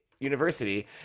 University